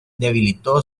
debilitó